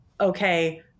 okay